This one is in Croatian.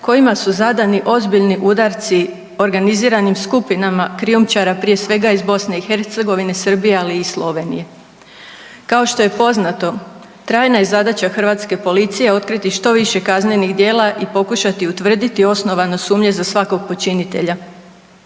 kojima su zadani ozbiljni udarci organiziranim skupinama krijumčara prije svega iz BiH, Srbije ali i Slovenije. Kao što je poznato trajna je zadaća hrvatske policije otkriti što više kaznenih djela i pokušati utvrditi osnovanost sumnje za svakog počinitelja.